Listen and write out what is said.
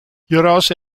hieraus